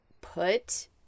put